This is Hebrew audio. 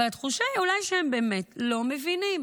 אבל התחושה היא אולי שהם באמת לא מבינים,